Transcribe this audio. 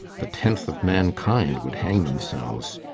the tenth of mankind would hang themselves.